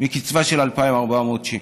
מקצבה של 2,400 שקל.